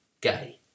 gay